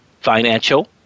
financial